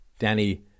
Danny